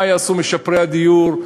מה יעשו משפרי הדיור,